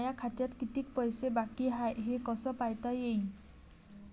माया खात्यात कितीक पैसे बाकी हाय हे कस पायता येईन?